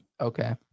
Okay